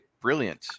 brilliant